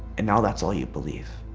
and now that's all you believe,